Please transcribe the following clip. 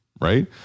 right